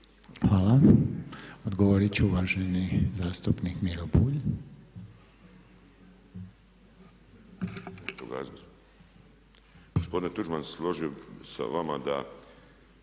Hvala. Odgovoriti će uvaženi zastupnik Miro Bulj.